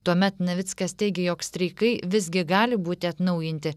tuomet navickas teigė jog streikai visgi gali būti atnaujinti